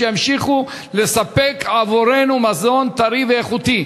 כדי שימשיכו לספק עבורנו מזון טרי ואיכותי,